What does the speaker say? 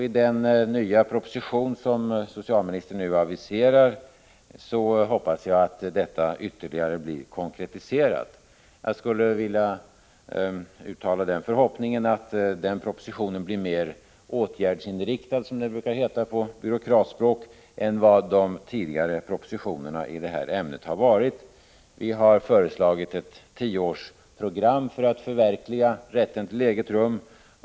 I den nya proposition som socialministern aviserar hoppas jag att detta ytterligare blir konkretiserat. Jag skulle vilja uttala den förhoppningen att den propositionen blir mera åtgärdsinriktad, som det brukar heta på byråkratspråk, än de tidigare propositionerna i det här ämnet har varit. Vi har föreslagit ett tioårsprogram för att förverkliga kravet på rätten till eget rum.